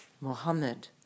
Mohammed